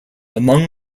among